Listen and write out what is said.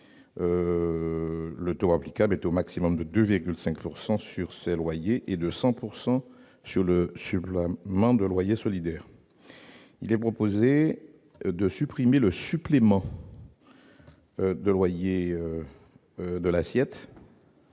Le taux applicable s'élève, au maximum, à 2,5 % sur les loyers et à 100 % sur le supplément de loyer de solidarité. Il est proposé ici de supprimer le supplément de loyer de l'assiette